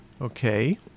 Okay